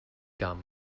gum